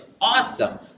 awesome